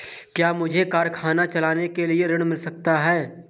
क्या मुझे कारखाना चलाने के लिए ऋण मिल सकता है?